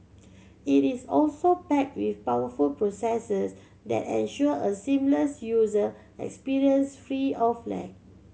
it is also packed with powerful processors that ensure a seamless user experience free of lag